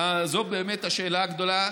השאלה הגדולה.